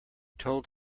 told